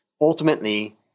ultimately